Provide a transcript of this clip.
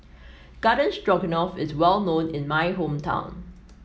Garden Stroganoff is well known in my hometown